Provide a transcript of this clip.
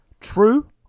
True